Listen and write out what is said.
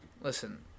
Listen